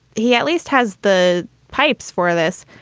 he at least has the pipes for this.